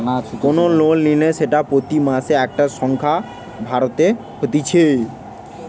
কোন লোন নিলে সেটা প্রতি মাসে একটা সংখ্যা ভরতে হতিছে